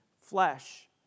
flesh